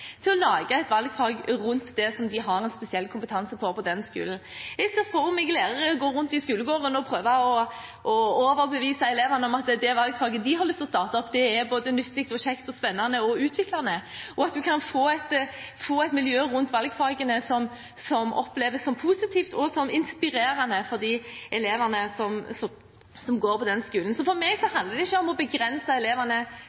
de har en spesiell kompetanse på på den skolen. Jeg ser for meg lærere gå rundt i skolegården og prøve å overbevise elevene om at det valgfaget de har lyst til å starte opp, både er nyttig, kjekt, spennende og utviklende, og at en kan få et miljø rundt valgfagene som oppleves som positivt, og som inspirerende, for de elevene som går på den skolen. Så for meg handler det ikke om å begrense